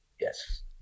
Yes